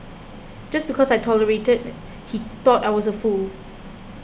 just because I tolerated he thought I was a fool